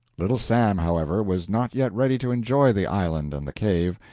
little sam, however, was not yet ready to enjoy the island and the cave.